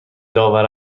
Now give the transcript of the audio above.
داور